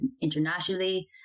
internationally